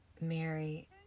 Mary